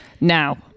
now